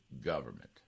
government